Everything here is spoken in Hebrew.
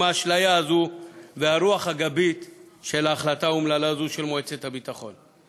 עם האשליה הזאת והרוח הגבית של ההחלטה האומללה הזאת של מועצת הביטחון?